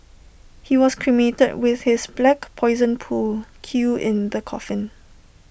he was cremated with his black Poison pool cue in the coffin